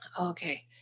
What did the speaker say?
Okay